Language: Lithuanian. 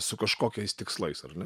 su kažkokiais tikslais ar ne